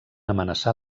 amenaçar